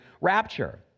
rapture